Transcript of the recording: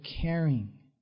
caring